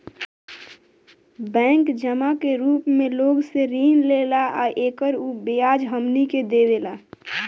bank जमा के रूप मे लोग से ऋण लेला आ एकर उ ब्याज हमनी के देवेला